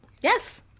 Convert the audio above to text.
Yes